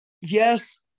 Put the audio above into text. yes